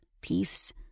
peace